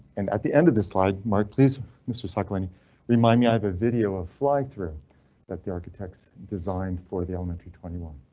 and at the end of this slide mark, please mr saccone remind me i have a video of fly through that the architects designed for the elementary twenty one.